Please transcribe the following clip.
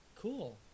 Cool